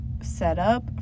setup